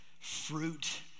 fruit